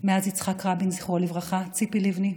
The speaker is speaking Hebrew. מאז יצחק רבין, זכרו לברכה, ציפי לבני,